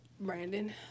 Brandon